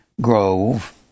Grove